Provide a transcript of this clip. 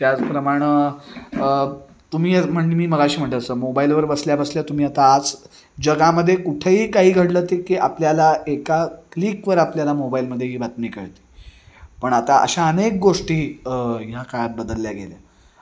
त्याचप्रमाणं तुम्ही असं म्हणजे मी मगाशी म्हणलं तसं मोबाईलवर बसल्या बसल्या तुम्ही आता आज जगामध्ये कुठेही काही घडलं ते की आपल्याला एका क्लिकवर आपल्याला मोबाईलमध्ये ही बातमी कळते पण आता अशा अनेक गोष्टी ह्या काळात बदलल्या गेल्या